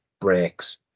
breaks